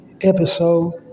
episode